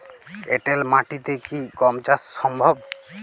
এঁটেল মাটিতে কি গম চাষ সম্ভব?